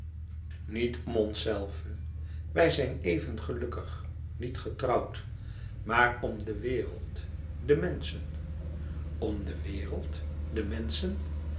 niet om onszelven wij zijn even gelukkig niet getrouwd maar om de wereld de menschen om de wereld de menschen